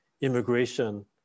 immigration